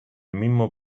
mismo